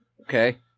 Okay